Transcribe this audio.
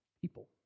people